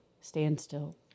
standstill